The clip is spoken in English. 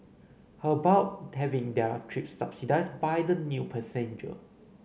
how about having their trip subsidised by the new passenger